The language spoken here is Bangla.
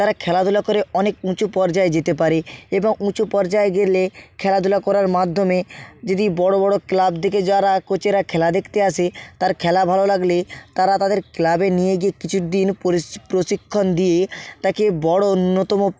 তারা খেলাধুলা করে অনেক উঁচু পর্যায়ে যেতে পারে এবং উঁচু পর্যায়ে গেলে খেলাধুলা করার মাধ্যমে যদি বড়ো বড়ো ক্লাব থেকে যারা কোচেরা খেলা দেখতে আসে তার খেলা ভালো লাগলে তারা তাদের ক্লাবে নিয়ে গিয়ে কিছু দিন পরিশ্র প্রশিক্ষন দিয়ে তাকে বড়ো অন্যতম